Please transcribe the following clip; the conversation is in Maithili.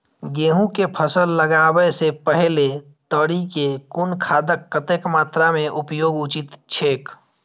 गेहूं के फसल लगाबे से पेहले तरी में कुन खादक कतेक मात्रा में उपयोग उचित छेक?